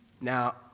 Now